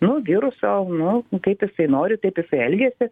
nu viruso nu kaip jisai nori taip jisai elgiasi